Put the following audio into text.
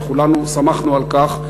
וכולנו שמחנו על כך.